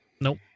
Nope